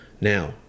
Now